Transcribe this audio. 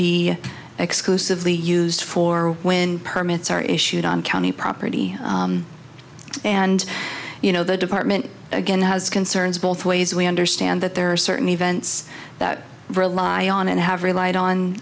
be exclusively used for when permits are issued on county property and you know the department again has concerns both ways we understand that there are certain events that rely on and have relied on